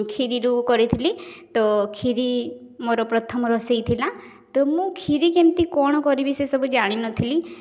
କ୍ଷୀରିରୁ କରିଥିଲି ତ କ୍ଷୀରି ମୋର ପ୍ରଥମ ରୋଷେଇ ଥିଲା ତ ମୁଁ କ୍ଷୀରି କେମିତି କ'ଣ କରିବି ସେ ସବୁ ଜାଣିନଥିଲି